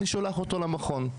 אני שולח אותו למכון",